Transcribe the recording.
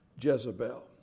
Jezebel